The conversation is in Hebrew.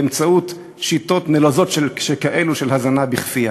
באמצעות שיטות נלוזות כאלה של הזנה בכפייה.